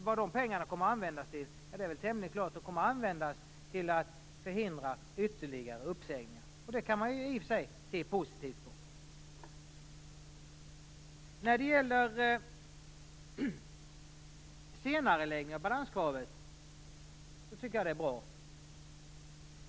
Vad de här pengarna kommer att användas till är tämligen klart. De kommer att användas till att hindra ytterligare uppsägningar, och det kan man i och för sig se positivt på. Senareläggningen av balanskravet tycker jag är bra.